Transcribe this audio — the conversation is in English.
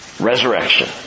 Resurrection